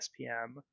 SPM